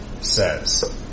says